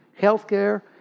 healthcare